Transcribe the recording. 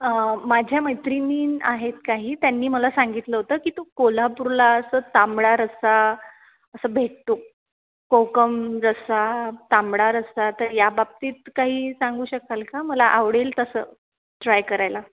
माझ्या मैत्रिणीन आहेत काही त्यांनी मला सांगितल होत की तू कोल्हापूर ला अस तांबडा रस्सा अस भेटतो कोकम रस्सा तांबडा रस्सा तर या बाबतीत काही सांगू शकाल का मला आवडेल तस ट्राय करायला